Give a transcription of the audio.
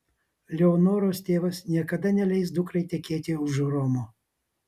leonoros tėvas niekada neleis dukrai tekėti už romo